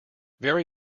very